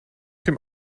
dem